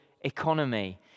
economy